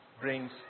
brings